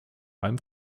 einem